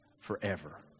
forever